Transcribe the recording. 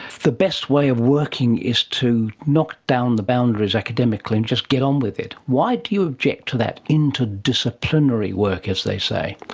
the best way of working is to knock down the boundaries academically and just get on with it. why do you object to that interdisciplinary work, as they say?